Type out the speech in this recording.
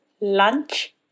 lunch